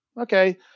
okay